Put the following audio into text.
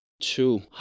Two